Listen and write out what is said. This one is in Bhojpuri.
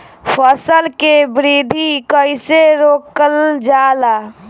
फसल के वृद्धि कइसे रोकल जाला?